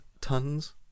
tons